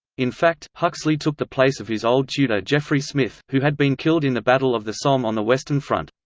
in fact, huxley took the place of his old tutor geoffrey smith, who had been killed in the battle of the somme on the western front.